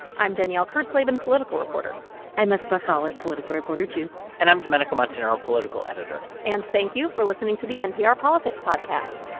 i'm danielle kurtzleben, political reporter i'm asma khalid, political reporter, too and i'm domenico montanaro, political editor and thank you for listening to the npr politics podcast